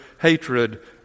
hatred